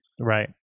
right